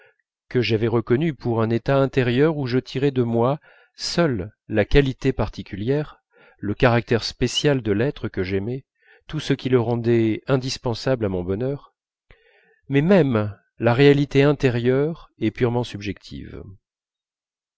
que j'avais reconnu pour un état intérieur où je tirais de moi seul la qualité particulière le caractère spécial de l'être que j'aimais tout ce qui le rendait indispensable à mon bonheur mais même la réalité intérieure et purement subjective